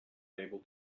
able